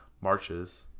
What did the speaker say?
marches